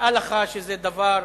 נראה לך שזה דבר